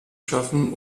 schaffen